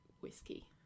whiskey